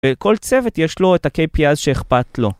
כל צוות יש לו את ה kpis שאכפת לו